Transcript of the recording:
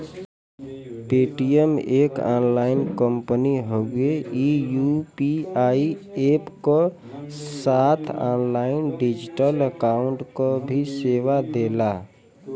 Paytm एक online company हउवे ई यू.पी.आई अप्प क साथ ऑनलाइन डिजिटल अकाउंट क भी सेवा देला